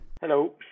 Hello